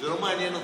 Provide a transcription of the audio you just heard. זה לא מעניין אותי.